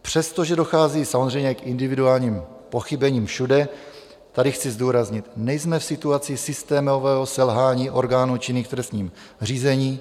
Přestože dochází samozřejmě k individuálním pochybením všude, tady chci zdůraznit: nejsme v situaci systémového selhání orgánů činných v trestním řízení.